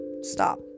stop